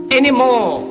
anymore